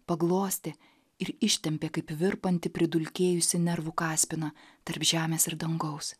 paglostė ir ištempė kaip virpantį pridulkėjusį nervų kaspiną tarp žemės ir dangaus